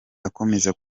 akomeza